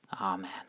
Amen